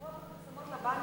כמו בפרסומות לבנקים.